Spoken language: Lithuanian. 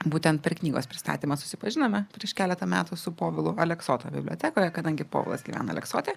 būtent per knygos pristatymą susipažinome prieš keletą metų su povilu aleksoto bibliotekoje kadangi povilas gyvena aleksote